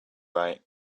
right